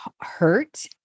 hurt